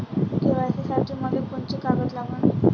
KYC साठी मले कोंते कागद लागन?